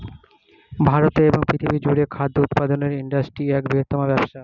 ভারতে এবং পৃথিবী জুড়ে খাদ্য উৎপাদনের ইন্ডাস্ট্রি এক বৃহত্তম ব্যবসা